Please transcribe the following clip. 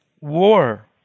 war